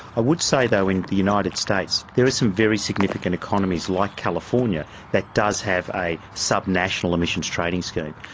i would say though in the united states there is some very significant economies, like california that does have a sub national emissions trading scheme.